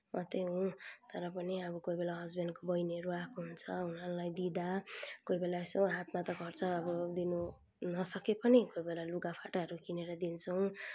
मात्रै हो तर पनि अब कोही बेला हस्बेन्डको बहिनीहरू आएको हुन्छ उहाँहरूलाई दिँदा कोही बेला यसो हातमा त खर्च अब दिनु नसके पनि कोही बेला लुगाफाटाहरू किनेर दिन्छौँ